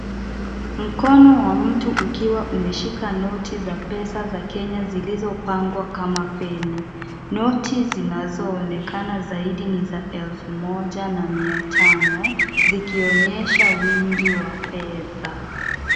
Mkono wa mtu ukiwa umeshika noti za pesa za Kenya zilizopangwa kama feni. Noti zinazo onekana zaidi ni za elfu moja na mia tano, zikionyesha wingi wa fvedha.